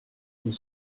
pour